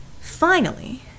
Finally